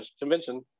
convention